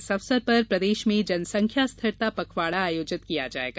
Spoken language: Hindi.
इस अवसर पर प्रदेश में जनसंख्या स्थिरता पखवाड़ा आयोजित किया जायेगा